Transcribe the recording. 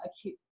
acute